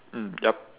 mm yup